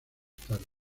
tarde